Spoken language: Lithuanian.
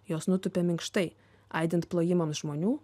jos nutūpė minkštai aidint plojimams žmonių